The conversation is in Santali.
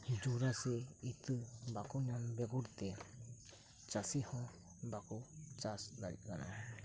ᱡᱚᱨᱟ ᱥᱮ ᱤᱛᱟᱹ ᱵᱟᱠᱚ ᱧᱟᱢ ᱵᱮᱜᱚᱨ ᱛᱮ ᱪᱟᱥᱤ ᱦᱚᱸ ᱵᱟᱠᱚ ᱪᱟᱥ ᱫᱟᱲᱮᱭᱟᱜ ᱠᱟᱱᱟ